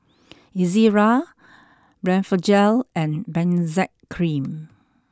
Ezerra Blephagel and Benzac cream